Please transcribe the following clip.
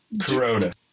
Corona